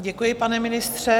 Děkuji, pane ministře.